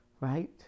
right